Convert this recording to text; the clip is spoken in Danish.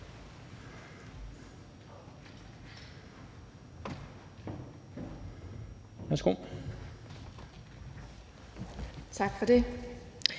Tak for det.